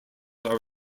are